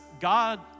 God